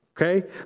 Okay